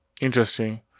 interesting